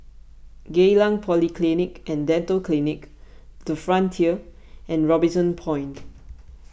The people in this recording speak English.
Geylang Polyclinic and Dental Clinic the Frontier and Robinson Point